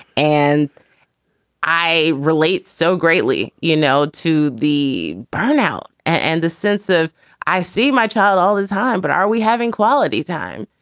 and i relate so greatly, you know, to the burnout and the sense of i see my child all the time but are we having quality time?